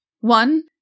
One